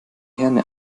herne